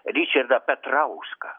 ričardą petrauską